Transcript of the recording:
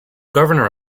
governor